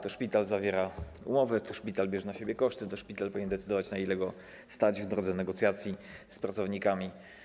To szpital zawiera umowę, to szpital bierze na siebie koszty, to szpital powinien decydować, na ile go stać, w drodze negocjacji z pracownikami.